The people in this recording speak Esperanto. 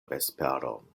vesperon